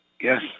Yes